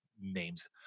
names